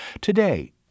Today